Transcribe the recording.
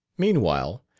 meanwhile,